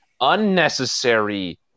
unnecessary